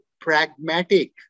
pragmatic